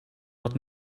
had